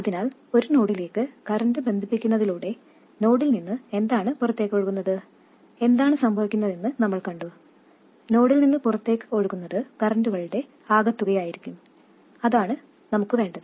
അതിനാൽ ഒരു നോഡിലേക്ക് കറൻറ് ബന്ധിപ്പിക്കുന്നതിലൂടെ നോഡിൽ നിന്ന് എന്താണ് പുറത്തേക്ക് ഒഴുകുന്നത് എന്താണ് സംഭവിക്കുന്നതെന്ന് നമ്മൾ കണ്ടു നോഡിൽ നിന്ന് പുറത്തേക്ക് ഒഴുകുന്നത് കറൻറുകളുടെ ആകെത്തുകയായിരിക്കും അതാണ് നമുക്ക് വേണ്ടത്